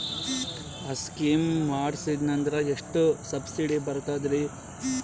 ಆ ಸ್ಕೀಮ ಮಾಡ್ಸೀದ್ನಂದರ ಎಷ್ಟ ಸಬ್ಸಿಡಿ ಬರ್ತಾದ್ರೀ?